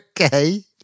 Okay